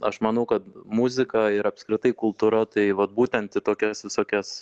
aš manau kad muzika ir apskritai kultūra tai vat būtent į tokias visokias